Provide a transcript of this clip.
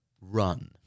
run